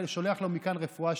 נקראת נושמים לרווחה,